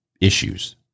Issues